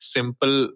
Simple